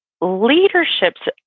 leadership's